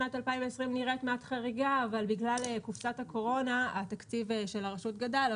שנת 2020 נראית מעט חריגה; בגלל קופסת הקורונה התקציב של הרשות גדל,